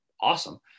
awesome